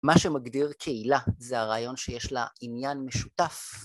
מה שמגדיר קהילה זה הרעיון שיש לה עניין משותף